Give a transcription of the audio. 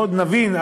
בואו נבין.